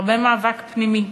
הרבה מאבק פנימי,